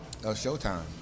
showtime